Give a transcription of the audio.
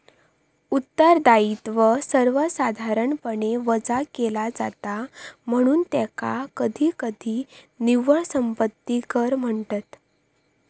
उत्तरदायित्व सर्वसाधारणपणे वजा केला जाता, म्हणून त्याका कधीकधी निव्वळ संपत्ती कर म्हणतत